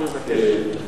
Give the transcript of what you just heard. אני מבקש.